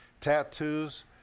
tattoos